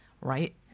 right